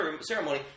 ceremony